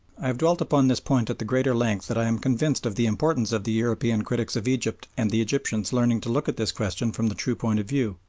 i have dwelt upon this point at the greater length that i am convinced of the importance of the european critics of egypt and the egyptians learning to look at this question from the true point of view.